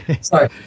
sorry